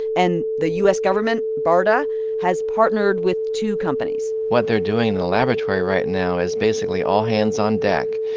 and the u s. government barda has partnered with two companies what they're doing in the laboratory right now is basically all hands on deck.